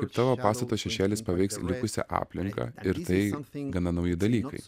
kaip tavo pastato šešėlis paveiks likusią aplinką ir tai nauji dalykai